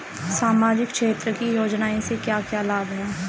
सामाजिक क्षेत्र की योजनाएं से क्या क्या लाभ है?